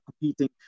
competing